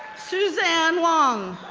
suzanne wong,